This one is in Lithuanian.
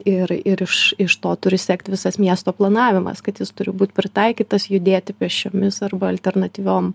ir ir iš iš to turi sekti visas miesto planavimas kad jis turi būti pritaikytas judėti pėsčiomis arba alternatyviom